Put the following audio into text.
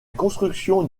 construction